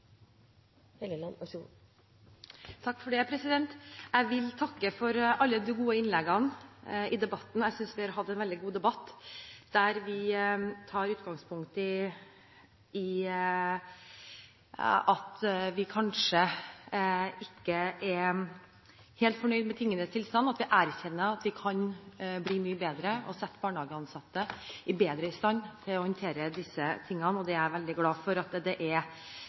veldig god debatt, der vi tar utgangspunkt i at vi kanskje ikke er helt fornøyd med tingenes tilstand, og at vi erkjenner at vi kan bli mye bedre og sette barnehageansatte bedre i stand til å håndtere disse tingene. Det er jeg veldig glad for at det er